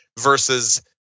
versus